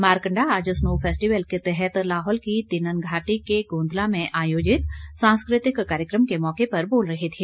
मारकंडा आज snow festival के तहत लाहौल की तिनंन घाटी के गोंदला में आयोजित सांस्कृतिक कार्यक्रम के मौके पर बोल रहे थे